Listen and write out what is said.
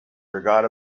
forgot